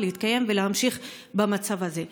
להתקיים ולהמשיך במצב הזה.